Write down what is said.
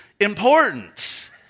important